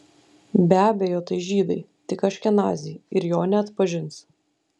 be abejo tai žydai tik aškenaziai ir jo neatpažins